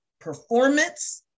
performance